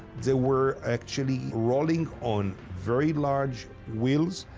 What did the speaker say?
they were actually rolling on very large wheels.